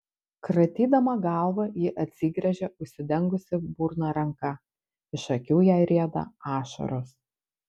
kratydama galvą ji atsigręžia užsidengusi burną ranka iš akių jai rieda ašaros